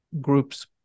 groups